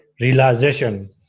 realization